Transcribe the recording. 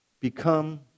become